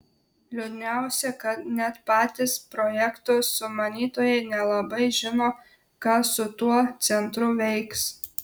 liūdniausia kad net patys projekto sumanytojai nelabai žino ką su tuo centru veiks